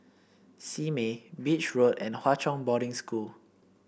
Simei Beach Road and Hwa Chong Boarding School